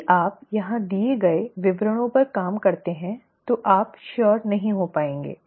यदि आप यहां दिए गए विवरणों पर काम करते हैं तो हमें निश्चित नहीं होगा